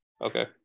Okay